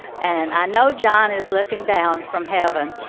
and i know john is looking down from heaven,